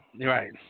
right